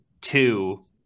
two